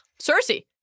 Cersei